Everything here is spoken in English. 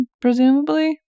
presumably